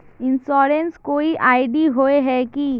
Insurance कोई ID होय है की?